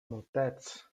motets